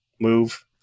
move